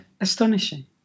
astonishing